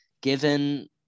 given